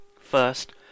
First